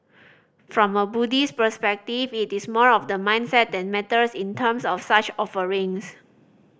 from a Buddhist perspective it is more of the mindset that matters in terms of such offerings